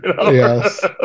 Yes